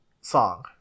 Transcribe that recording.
song